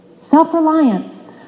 Self-reliance